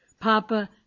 Papa